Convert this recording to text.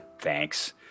thanks